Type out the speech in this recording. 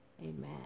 Amen